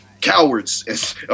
cowards